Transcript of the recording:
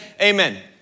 Amen